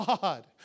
God